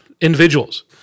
individuals